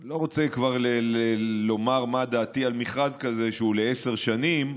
אני לא רוצה כבר לומר מה דעתי על מכרז כזה שהוא לעשר שנים.